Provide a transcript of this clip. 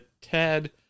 Ted